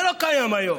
זה לא קיים היום.